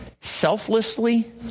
selflessly